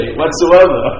whatsoever